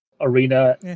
arena